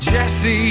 Jesse